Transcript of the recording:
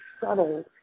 subtle